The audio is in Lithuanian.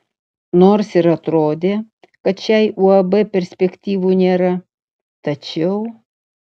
nors ir atrodė kad šiai uab perspektyvų nėra tačiau